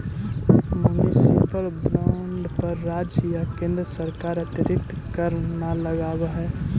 municipal bond पर राज्य या केन्द्र सरकार अतिरिक्त कर न लगावऽ हइ